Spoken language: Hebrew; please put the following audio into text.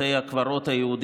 בבתי הקברות,